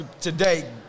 today